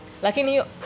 Lakini